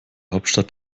hauptstadt